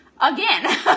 again